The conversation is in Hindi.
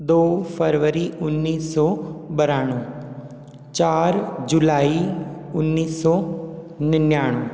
दौ फरवरी उन्नीस सौ बानवे चार जुलाई उन्नीस सौ निन्यानवे